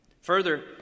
Further